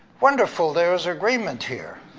wonderful, there is agreement here.